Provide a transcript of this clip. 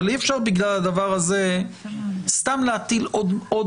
אבל אי-אפשר בגלל הדבר הזה סתם להטיל עוד